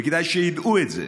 וכדאי שידעו את זה.